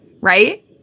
right